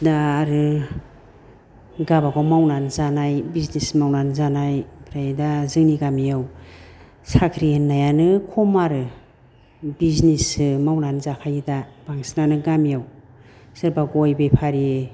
दा आरो गाबागाव मावनानै जानाय बिजनेस मावनानै जानाय ओमफ्राय दा जोंनि गामियाव साख्रि होन्नायानो खम आरो बिजिनेससो मावनानै जाखायो दा बांसिनानो गामियाव सोरबा गय बेफारि